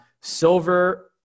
Silver